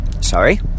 sorry